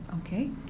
Okay